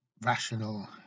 rational